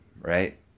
right